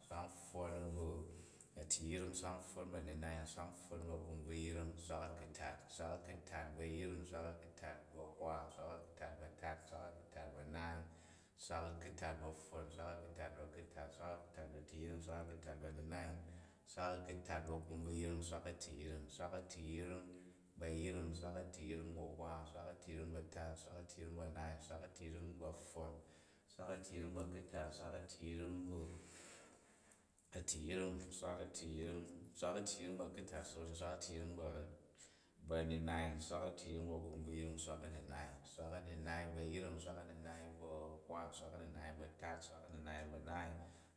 Nswak pfwon ba a̱tiyring, nswak pfwon bu a̱minai, nswak pfwon bu a̱kumbvuyring, nswak a̱ku̱tat. Nswak a̱ku̱tat bu a̱yring, nswak a̱ku̱tat bu a̱hwa, nswak a̱ku̱tat bu a̱tat, nswak a̱ku̱tat bu a̱naai, nswak a̱ku̱tat bu a̱pfwon, nswak a̱ku̱tat bu a̱ku̱tat, nswak a̱ku̱tat bu a̱tiyring, nswak a̱ku̱tat bu a̱minai, nswak a̱ku̱tat bu a̱kumbvuyring, nswak a̱tiyring, nswak a̱tiyring bu a̱yring, nswak a̱tiyring bu a̱hwa, nswak a̱tiyring bu a̱tat, nswak a̱tiyring bu a̱naai, nswak a̱tiyring bu a̱pfwon, nswak a̱tiyring bu a̱minai, nswak a̱tiyring bu a̱kumbvuyring, nswak a̱minai. Nswak a̱minai bu a̱yring, nswak a̱minai bu a̱hwan, nswak a̱minai bu a̱tat, nswak a̱minai bu a̱naai,